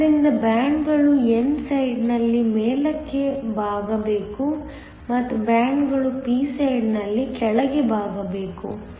ಆದ್ದರಿಂದ ಬ್ಯಾಂಡ್ಗಳು n ಸೈಡ್ನಲ್ಲಿ ಮೇಲಕ್ಕೆ ಬಾಗಬೇಕು ಮತ್ತು ಬ್ಯಾಂಡ್ಗಳು p ಸೈಡ್ನಲ್ಲಿ ಕೆಳಗೆ ಬಾಗಬೇಕು